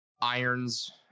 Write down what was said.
irons